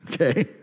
okay